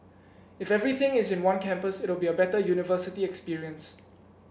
if everything is in one campus it'll be a better university experience